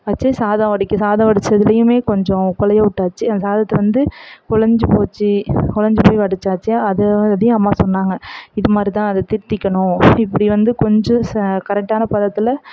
வெச்சு சாதம் வடிக்க சாதம் வடித்ததுலையுமே கொஞ்சம் குலைய விட்டாச்சி அந்த சாதத்தில் வந்து குலைஞ்சி போச்சு குலைஞ்சி போய் வடிச்சாச்சு அதை வந்து இதையும் அம்மா சொன்னாங்க இது மாதிரி தான் அது தித்திக்கணும் இப்படி இப்படி வந்து கொஞ்சம் சா கரெக்டான பதத்தில்